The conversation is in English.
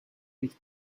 which